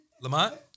Lamont